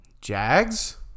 Jags